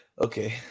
Okay